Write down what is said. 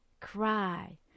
Cry